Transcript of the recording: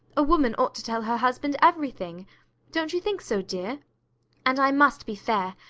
a woman ought to tell her husband everything don't you think so, dear and i must be fair.